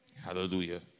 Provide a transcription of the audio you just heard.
Hallelujah